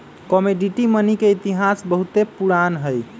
commodity money के इतिहास बहुते पुरान हइ